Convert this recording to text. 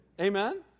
Amen